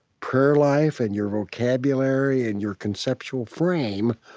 prayer life and your vocabulary and your conceptual frame.